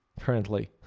Currently